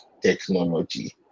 technology